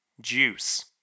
juice